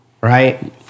right